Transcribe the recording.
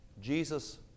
Jesus